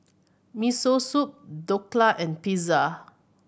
Miso Soup Dhokla and Pizza